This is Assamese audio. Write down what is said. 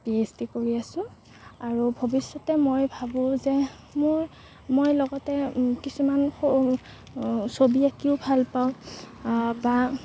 পি এইচ ডি কৰি আছোঁ আৰু ভৱিষ্যতে মই ভাবোঁ যে মোৰ মই লগতে কিছুমান সৰু ছবি আঁকিও ভাল পাওঁ বা